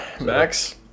Max